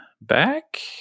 back